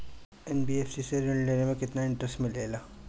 NBFC से ऋण लेने पर केतना इंटरेस्ट मिलेला?